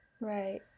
Right